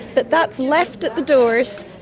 but that's left at the doors,